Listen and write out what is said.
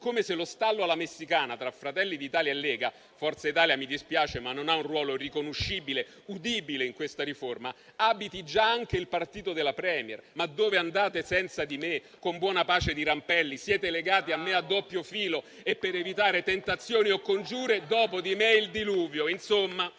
come se lo stallo alla messicana tra Fratelli d'Italia e Lega - con Forza Italia che, mi dispiace, non ha un ruolo riconoscibile ed udibile in questa riforma - abiti già anche il partito del *Premier*: ma dove andate senza di me, con buona pace di Rampelli. Siete legati a me a doppio filo e, per evitare tentazioni o congiure, dopo di me il diluvio.